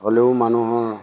হ'লেও মানুহৰ